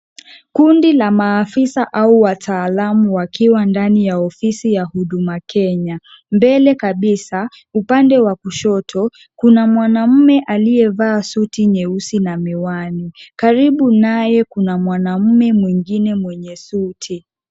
Kundi la maafisa au wataalamu wakiwa ndani ya ofisi ya Huduma Kenya. Mbele kabisa, upande wa kushoto, kuna mwanaume aliyevaa suti nyeusi na miwani. Karibu naye, kuna mwanaume mwengine mwenye suti.